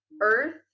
earth